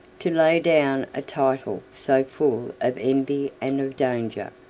to lay down a title so full of envy and of danger.